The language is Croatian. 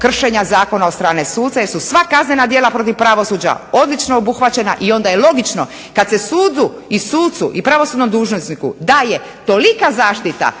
kršenja zakona od strane suca jer su sva kaznena djela protiv pravosuđa odlično obuhvaćena i onda je logično kad se sudu i sucu i pravosudnom dužnosniku daje tolika zaštita